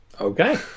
okay